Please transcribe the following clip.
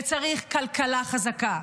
וצריך כלכלה חזקה,